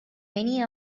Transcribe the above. many